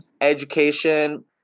education